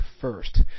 first